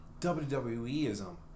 WWE-ism